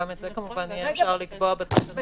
גם את זה כמובן יהיה אפשר לקבוע בתקנות.